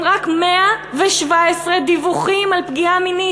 רק 117 דיווחים על פגיעה מינית,